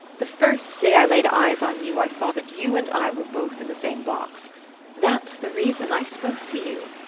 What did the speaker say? the first day i laid eyes on you i saw that you and i were both in the same box that's the reason i spoke to you.